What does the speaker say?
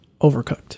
overcooked